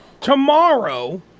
Tomorrow